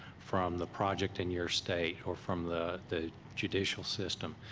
from the project in your state or from the the judicial system.